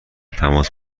تماس